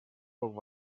poc